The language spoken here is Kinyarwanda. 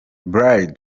bradley